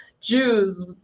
Jews